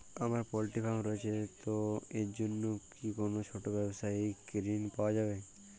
আমার poultry farm রয়েছে তো এর জন্য কি কোনো ছোটো ব্যাবসায়িক ঋণ পাওয়া যাবে?